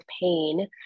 pain